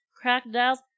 crocodiles